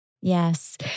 Yes